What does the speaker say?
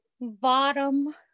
bottom